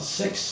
six